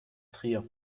trier